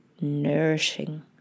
nourishing